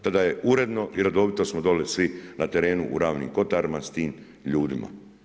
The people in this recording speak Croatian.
Tada je uredno i redovito smo dole svi na terenu u Ravnim kotarima s tim ljudima.